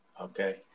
Okay